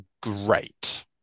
great